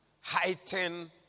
heighten